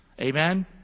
Amen